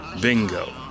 Bingo